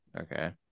Okay